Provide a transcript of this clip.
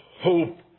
hope